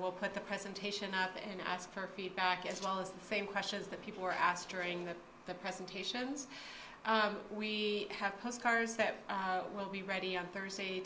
we'll put the presentation up and ask for feedback as well as the same questions that people were asked during the presentations we have costars that will be ready on thursday